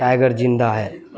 tiger زندہ ہے